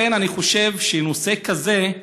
לכן, אני חושב שנושא כזה,